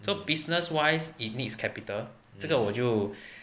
做 business wise it needs capital 这个我就